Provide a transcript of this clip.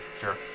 Sure